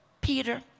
Peter